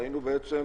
ראינו בעצם,